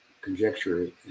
conjecture